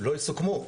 לא יסוכמו,